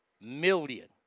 million